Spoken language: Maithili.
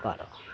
पर्व